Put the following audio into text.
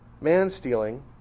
Man-stealing